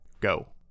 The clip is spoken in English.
go